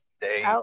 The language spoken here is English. day